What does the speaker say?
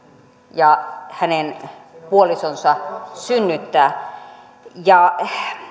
ja hänen puolisonsa synnyttää